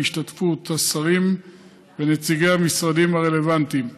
בהשתתפות השרים ונציגי המשרדים הרלוונטיים.